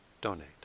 donate